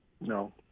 No